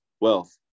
wealth